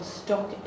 stock